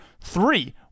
Three